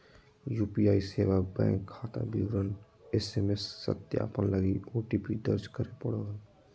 UPI सेवा बैंक खाता विवरण एस.एम.एस सत्यापन लगी ओ.टी.पी दर्ज करे पड़ो हइ